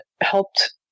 helped